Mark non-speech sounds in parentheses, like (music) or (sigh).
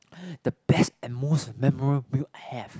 (breath) the best and most memorable I have